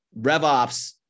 RevOps